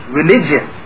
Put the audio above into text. religion